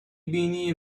بینی